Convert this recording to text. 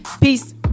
Peace